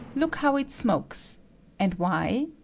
look how it smokes and why?